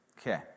Okay